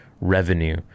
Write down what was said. revenue